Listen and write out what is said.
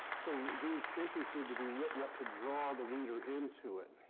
so these entries need to be written up to draw the reader into it.